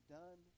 done